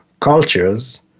cultures